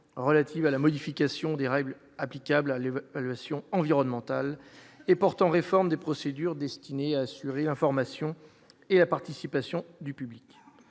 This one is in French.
relative à la modification des règles applicables le Sion environnemental et portant réforme des procédures destinées à assurer l'information et la participation du public